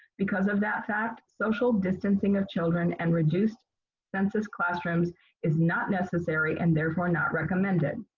because of that fact, social distancing of children and reduced census classrooms is not necessary and therefore not recommended.